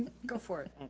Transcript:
go for